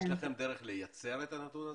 יש לכם דרך לייצר את הנתון הזה?